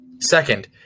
Second